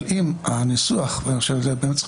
אבל אם הניסוח ואני חושב שעל זה אתם צריכים